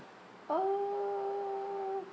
uh